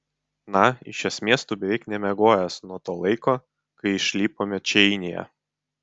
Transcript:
na iš esmės tu beveik nemiegojęs nuo to laiko kai išlipome čeinyje